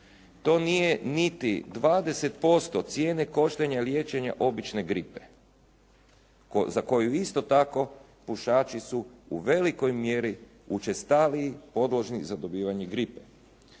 To nije niti 20% cijene koštanja liječenja obične gripe za koju isto tako pušači su u velikoj mjeri učestaliji podložni za dobivanje gripe.